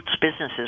businesses